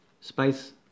spice